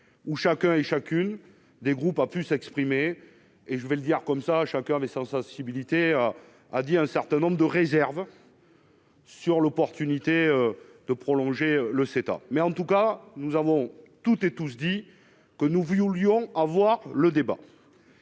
où chacun et chacune des groupes a pu s'exprimer et je vais le dire comme ça je encore mais sensibilités a a dit un certain nombre de réserves. Sur l'opportunité de prolonger le s'étend, mais en tout cas nous avons toutes et tous, dit que nous voulions Lyon au revoir le débat.